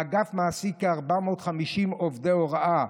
האגף מעסיק כ-450 עובדי הוראה,